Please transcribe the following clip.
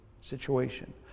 situation